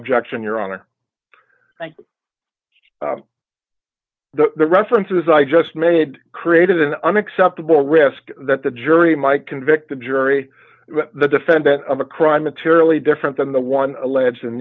objection your honor thank the references i just made created an unacceptable risk that the jury might convict the jury the defendant of a crime materially different than the one allege